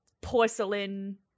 porcelain